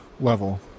level